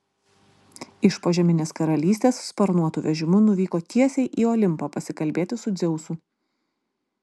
iš požeminės karalystės sparnuotu vežimu nuvyko tiesiai į olimpą pasikalbėti su dzeusu